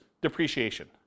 depreciation